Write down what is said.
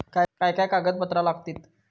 काय काय कागदपत्रा लागतील?